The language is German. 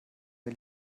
der